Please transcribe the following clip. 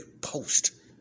post